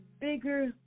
bigger